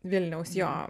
vilniaus jo